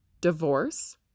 divorce